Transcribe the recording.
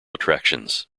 attractions